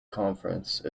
conference